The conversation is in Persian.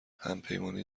همپیمانی